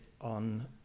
on